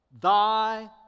thy